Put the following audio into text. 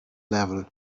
level